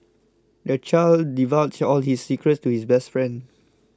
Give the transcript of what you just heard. the child divulged all his secrets to his best friend